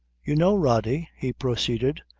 you know, rody, he proceeded,